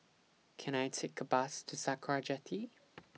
Can I Take A Bus to Sakra Jetty